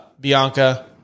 Bianca